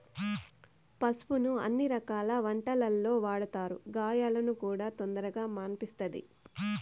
పసుపును అన్ని రకాల వంటలల్లో వాడతారు, గాయాలను కూడా తొందరగా మాన్పిస్తది